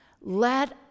let